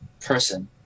person